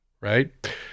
right